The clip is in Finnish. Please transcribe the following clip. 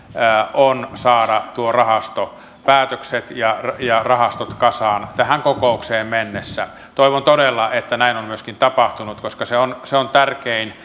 on saada rahastopäätökset ja ja rahastot kasaan tähän kokoukseen mennessä toivon todella että näin on myöskin tapahtunut koska se on se on tärkein